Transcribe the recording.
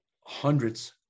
hundreds